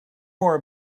more